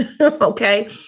Okay